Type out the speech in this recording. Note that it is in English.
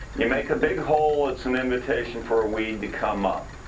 you make a big hole, it's an invitation for a weed to come up.